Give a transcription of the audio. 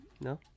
No